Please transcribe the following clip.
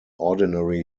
ordinary